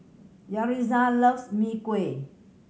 Yaritza loves Mee Kuah